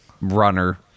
runner